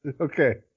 okay